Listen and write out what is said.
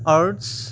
arts